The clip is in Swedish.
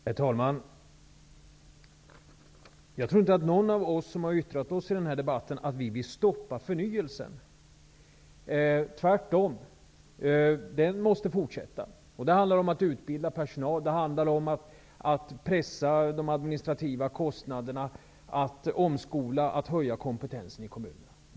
Herr talman! Jag tror inte att någon av oss som har yttrat sig i denna debatt vill stoppa förnyelsen -- tvärtom. Den måste fortsätta. Det handlar om att utbilda personal, om att pressa de administrativa kostnaderna, om att omskola och om att höja kompetensen i kommunerna.